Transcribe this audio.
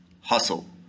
hustle